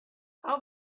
how